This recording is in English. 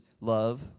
love